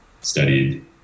studied